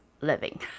living